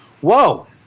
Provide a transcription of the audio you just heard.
Whoa